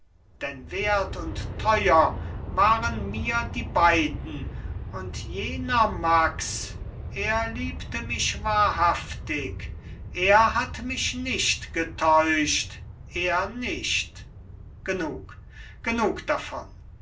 denn wert und teuer waren mir die beiden und jener max er liebte mich wahrhaftig er hat mich nicht getäuscht er nicht genug genug davon